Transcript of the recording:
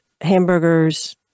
hamburgers